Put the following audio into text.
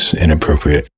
inappropriate